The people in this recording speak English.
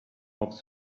off